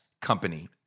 company